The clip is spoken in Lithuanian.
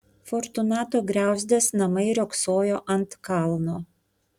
fortunato griauzdės namai riogsojo ant kalno